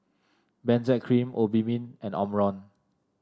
Benzac Cream Obimin and Omron